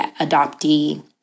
adoptee